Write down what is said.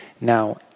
now